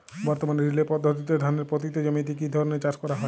বর্তমানে রিলে পদ্ধতিতে ধানের পতিত জমিতে কী ধরনের চাষ করা হয়?